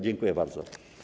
Dziękuję bardzo.